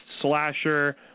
slasher